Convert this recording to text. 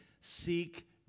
Seek